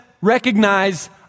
recognize